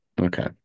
Okay